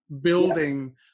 building